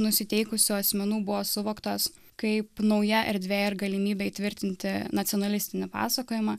nusiteikusių asmenų buvo suvoktos kaip nauja erdvė ir galimybė įtvirtinti nacionalistinį pasakojimą